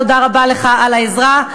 תודה רבה לך על העזרה.